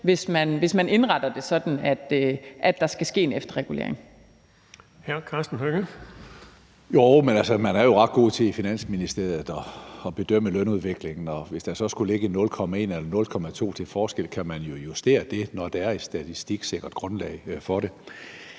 Karsten Hønge. Kl. 18:42 Karsten Hønge (SF): Jo, men man er jo altså ret god til i Finansministeriet at bedømme lønudviklingen. Og hvis der så skulle ligge 0,1 eller 0,2 pct. til forskel, kan man jo justere det, når der er et statistisk sikkert grundlag for det.